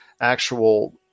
actual